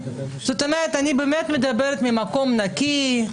זאת אומרת, אני באמת מדברת ממקום נקי.